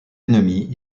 ennemies